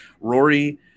Rory